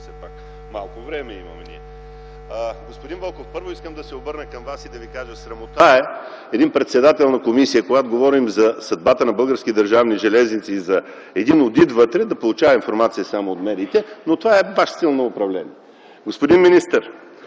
Малко време имаме ние. Господин Вълков, първо искам да се обърна към Вас и да Ви кажа следното. Срамота е един председател на комисия, когато говорим за съдбата на Български държавни железници и за един одит вътре, да получава информация само от медиите. Но това е ваш стил на управление. Господин министър,